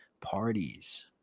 parties